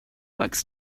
books